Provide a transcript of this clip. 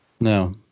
no